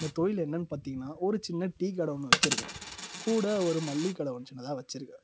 அந்த தொழில் என்னன்னு பார்த்திங்கன்னா ஒரு சின்ன டீக்கடை ஒன்று வச்சுருக்கேன் கூட ஒரு மளிகைக் கட ஒன்று சின்னதாக வச்சுருக்கேன்